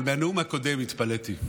אבל מהנאום הקודם התפלאתי.